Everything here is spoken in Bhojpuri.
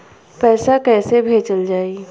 पैसा कैसे भेजल जाइ?